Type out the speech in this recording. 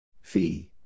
Fee